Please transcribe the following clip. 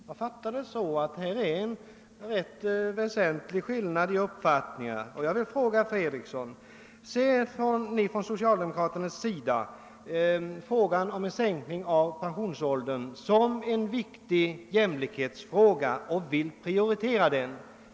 Jag fattar det så, att det här föreligger en rätt väsentlig skillnad i uppfattningarna. Jag vill fråga herr Fredriksson: Betraktar ni från socialdemokratiskt håll en sänkning av pensionsåldern som en viktig jämlikhetsfråga och vill ni prioritera den?